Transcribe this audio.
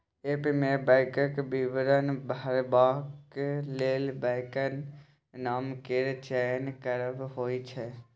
app मे बैंकक विवरण भरबाक लेल बैंकक नाम केर चयन करब होइ छै